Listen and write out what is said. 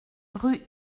rue